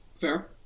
Fair